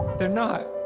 they're not.